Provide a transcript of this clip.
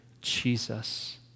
Jesus